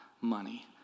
money